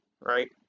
right